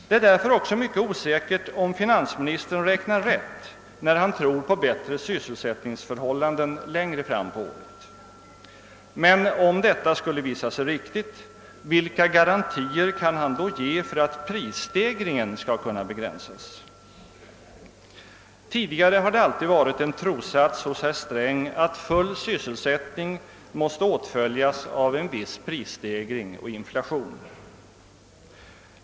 Det är därför också mycket osäkert om finansministern räknar rätt när han tror på bättre sysselsättningsförhållanden längre fram på året. Men om detta skulle visa sig vara riktigt, vilka garantier kan han då ge för att prisstegringen skall kunna begränsas? Tidigare har det alltid varit en trossats hos herr Sträng att full sysselsättning måste åtföljas av en viss prisstegring och inflation.